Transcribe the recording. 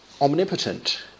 omnipotent